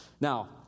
Now